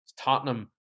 Tottenham